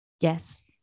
Yes